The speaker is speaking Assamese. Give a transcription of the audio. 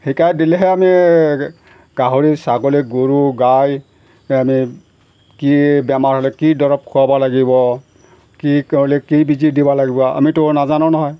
শিকাই দিলেহে আমি গাহৰি ছাগলী গৰু গাই আমি কি বেমাৰ হ'লে কি দৰৱ খোৱাব লাগিব কি কৰিলে কি বেজি দিব লাগিব আমিতো নাজানো নহয়